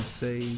say